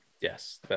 yes